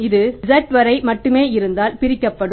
இங்கு z வரை மட்டுமே இருந்தால் பிரிக்கப்படும்